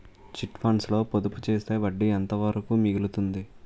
Chit funds లో పొదుపు చేస్తే వడ్డీ ఎంత వరకు మిగులుతుంది?